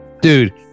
Dude